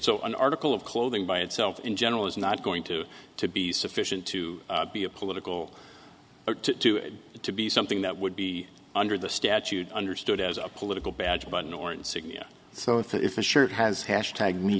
so an article of clothing by itself in general is not going to be sufficient to be a political or to it to be something that would be under the statute understood as a political badge button or insignia so if a shirt has hash tag